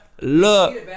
Look